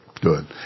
Good